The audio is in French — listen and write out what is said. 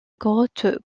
grotte